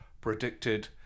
predicted